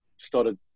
started